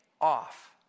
off